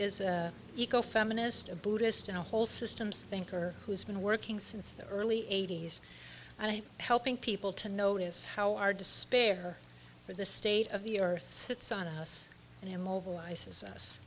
is eco feminist a buddhist and a whole systems thinker who's been working since the early eighty's and i'm helping people to notice how our despair for the state of the earth sits on a house and immobilizes us